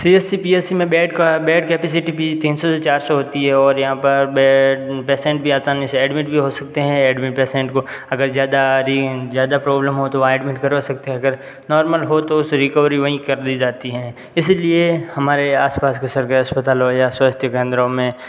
सी S C P S C में bed का bed capacity भी तीन सौ से चार सौ होती है और यहाँ पर बेड पेसेंट भी अचानक से एडमिट भी हो सकते हैं एडमिट पेसेंट को अगर ज़्यादा री ज़्यादा प्रॉब्लम हो तो वहा एडमिट करवा सकते हैं अगर नॉर्मल हो तो उसे रिकवरी वही कर दी जाती है इसलिए हमारे आसपास के सभी अस्पतालों या स्वास्थ्य केंद्रो में